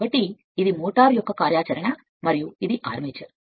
కాబట్టి ఇది కార్యాచరణ లో ఉన్న మోటారు మరియు ఇది ఆర్మేచర్